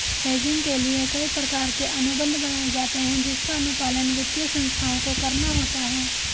hedging के लिए कई प्रकार के अनुबंध बनाए जाते हैं जिसका अनुपालन वित्तीय संस्थाओं को करना होता है